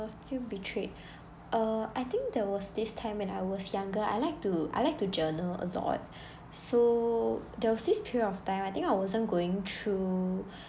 have you betrayed err I think there was this time when I was younger I like to I like to journal a lot so there was this period of time I think I wasn't going through